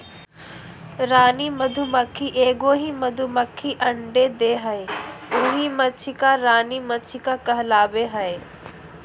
रानी मधुमक्खी एगो ही मधुमक्खी अंडे देहइ उहइ मक्षिका रानी मक्षिका कहलाबैय हइ